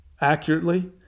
accurately